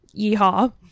yeehaw